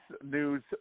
news